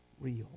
real